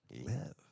live